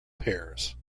pairs